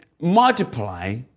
multiply